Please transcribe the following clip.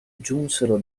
giunsero